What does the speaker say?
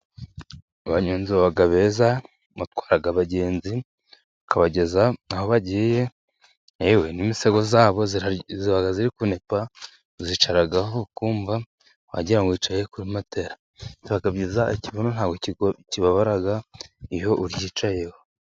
Abanyonzi baba beza batwara abagenzi bakabageza aho bagiye, n'imisego yabo iba iri kunepa. Uyicaraho ukumva wagirango wicaye kuri matela. Biba byiza, ikibuno ntabwo kibabara iyo uyicayeho.